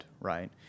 right